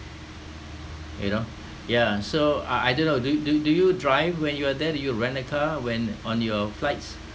you know yeah so I I don't know do do do you drive when you are there do you rent a car when on your flights